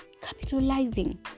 Capitalizing